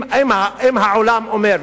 אם העולם אומר,